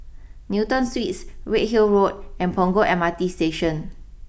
Newton Suites Redhill Road and Punggol M R T Station